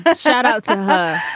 but shout out to her.